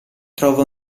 trova